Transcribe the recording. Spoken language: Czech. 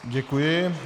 Děkuji.